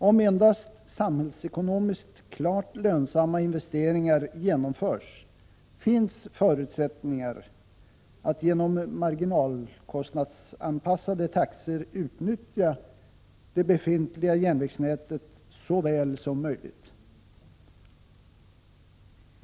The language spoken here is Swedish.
Om endast samhällsekonomiskt klart lönsamma investeringar genomförs, finns förutsättningar att genom marginalkostnadsanpassade taxor utnyttja det befintliga järnvägsnätet så väl som möjligt.